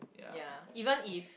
ya even if